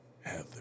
Heather